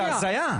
זאת הזיה.